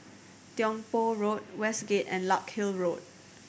Tiong Poh Road Westgate and Larkhill Road